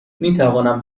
میتوانم